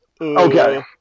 Okay